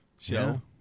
show